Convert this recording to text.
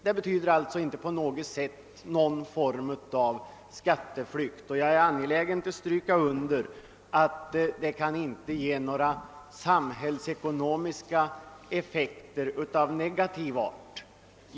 Det innebär alltså inte någon form av skatteflykt, och jag är angelägen om att stryka under att denna möjlighet inte kan ge några samhällsekonomiska effekter av negativ art.